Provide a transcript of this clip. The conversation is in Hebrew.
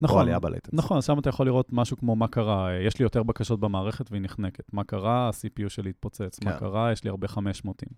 נכון, נכון, שם אתה יכול לראות משהו כמו מה קרה, יש לי יותר בקשות במערכת והיא נחנקת, מה קרה, הסיפיו שלי התפוצץ, מה קרה, יש לי הרבה 500.